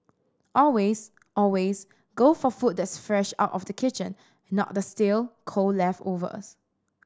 always always go for food that's fresh out of the kitchen not the stale cold leftovers